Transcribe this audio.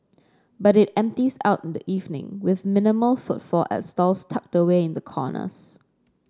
but it empties out in the evening with minimal footfall at stalls tucked away in the corners